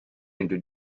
into